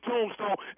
Tombstone